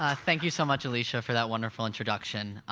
ah thank you so much, alicia, for that wonderful introduction.